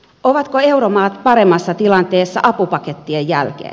ovatko euromaat paremmassa tilanteessa apupakettien jälkeen